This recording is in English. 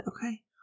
okay